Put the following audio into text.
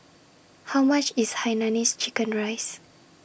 How much IS Hainanese Chicken Rice